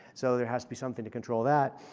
so there has to be something to control that.